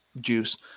Juice